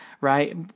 right